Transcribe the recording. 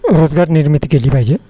रोजगार निर्मिती केली पाहिजे